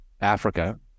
Africa